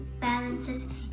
balances